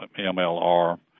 MLR